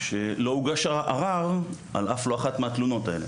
ומה שמפתיע הוא שלא הוגש ערר על אף לא אחת מהתלונות האלה.